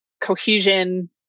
cohesion